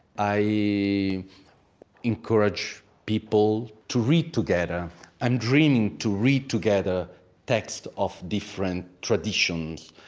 i encourage people to read together and dream to read together texts of different traditions.